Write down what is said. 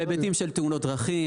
על היבטים של תאונות דרכים,